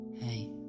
Hey